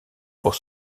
pour